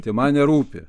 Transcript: tai man nerūpi